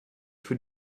für